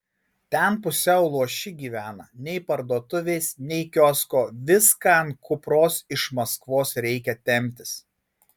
ten pusiau luoši gyvena nei parduotuvės nei kiosko viską ant kupros iš maskvos reikia temptis